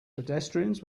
pedestrians